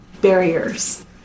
barriers